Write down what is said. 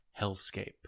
hellscape